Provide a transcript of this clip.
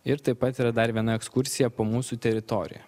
ir taip pat yra dar viena ekskursija po mūsų teritoriją